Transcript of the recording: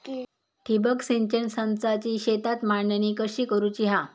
ठिबक सिंचन संचाची शेतात मांडणी कशी करुची हा?